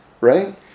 right